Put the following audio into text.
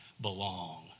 belong